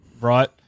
Right